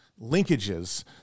linkages